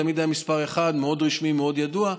תמיד היה מספר אחד מאוד רשמי, מאוד ידוע.